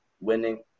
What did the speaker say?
winning